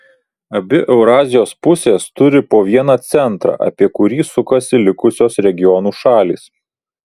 abi eurazijos pusės turi po vieną centrą apie kurį sukasi likusios regionų šalys